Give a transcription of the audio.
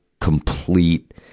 complete